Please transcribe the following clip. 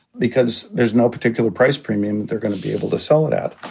because there's no particular price premium they're going to be able to sell it at.